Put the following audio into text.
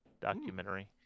documentary